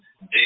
day